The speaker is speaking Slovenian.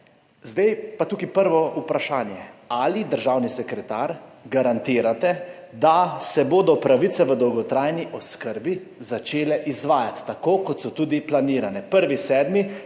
Zdaj pa tukaj prvo vprašanje ali, državni sekretar, garantirate, da se bodo pravice v dolgotrajni oskrbi začele izvajati tako, kot so tudi planirane, 1. 7.